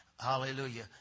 Hallelujah